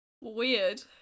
weird